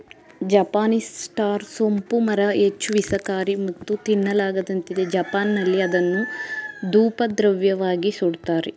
Japanese star ಸೋಂಪು ಮರ ಹೆಚ್ಚು ವಿಷಕಾರಿ ಮತ್ತು ತಿನ್ನಲಾಗದಂತಿದೆ ಜಪಾನ್ನಲ್ಲಿ ಅದನ್ನು ಧೂಪದ್ರವ್ಯವಾಗಿ ಸುಡ್ತಾರೆ